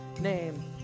name